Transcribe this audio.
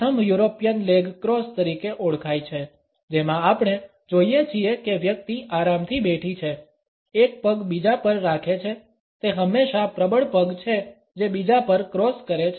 પ્રથમ European leg cross તરીકે ઓળખાય છે જેમાં આપણે જોઇએ છીએ કે વ્યક્તિ આરામથી બેઠી છે એક પગ બીજા પર રાખે છે તે હંમેશા પ્રબળ પગ છે જે બીજા પર ક્રોસ કરે છે